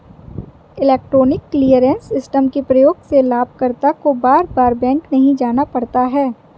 electronic clearance system के प्रयोग से लाभकर्ता को बार बार बैंक नहीं जाना पड़ता है